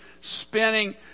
spinning